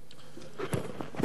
אם הצביעות היתה פרנסה,